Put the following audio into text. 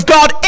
God